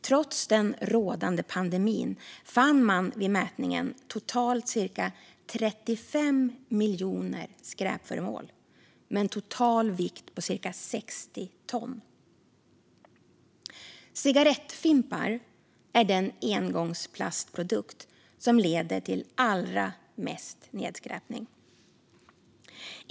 Trots den rådande pandemin fann man vid mätningen totalt cirka 35 miljoner skräpföremål med en total vikt på cirka 60 ton. Cigarettfimpar är den engångsplastprodukt som leder till allra mest nedskräpning.